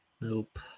Nope